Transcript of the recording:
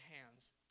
hands